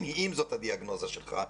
אם זאת הדיאגנוזה שלך,